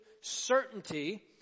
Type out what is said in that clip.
certainty